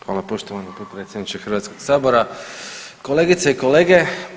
Hvala poštovani potpredsjedniče Hrvatskoga sabora, kolegice i kolege.